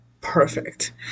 perfect